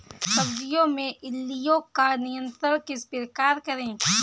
सब्जियों में इल्लियो का नियंत्रण किस प्रकार करें?